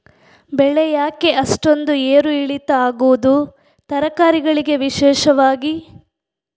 ಬೆಳೆ ಯಾಕೆ ಅಷ್ಟೊಂದು ಏರು ಇಳಿತ ಆಗುವುದು, ತರಕಾರಿ ಗಳಿಗೆ ವಿಶೇಷವಾಗಿ?